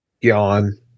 Yawn